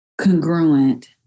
congruent